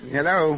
Hello